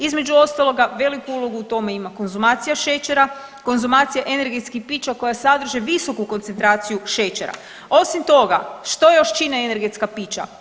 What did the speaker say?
Između ostaloga veliku ulogu u tome ima konzumacija šećera, konzumacija energetskih pića koja sadrže visoku koncentraciju šećera, a osim toga što još čine energetska pića.